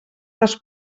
les